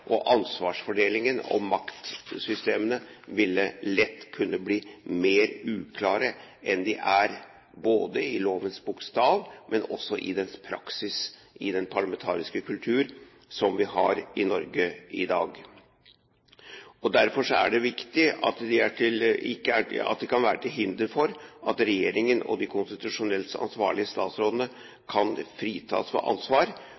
og ansvarsfordelingen og maktsystemene ville lett kunne bli mer uklare enn de er, både etter lovens bokstav og praksis i den parlamentariske kultur som vi har i Norge i dag. Derfor er det viktig at det kan være til hinder for at regjeringen og de konstitusjonelt ansvarlige statsrådene kan fritas for ansvar.